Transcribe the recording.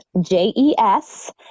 j-e-s